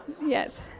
Yes